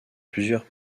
plusieurs